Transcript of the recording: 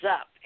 up